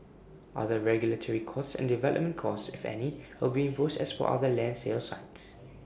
other regulatory costs and development costs if any will be imposed as per other land sales sites